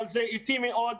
אבל זה אטי מאוד.